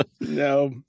No